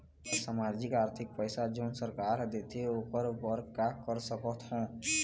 मोला सामाजिक आरथिक पैसा जोन सरकार हर देथे ओकर बर का कर सकत हो?